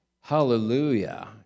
Hallelujah